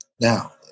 Now